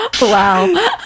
Wow